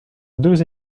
deux